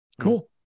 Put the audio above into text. Cool